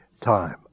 time